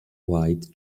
white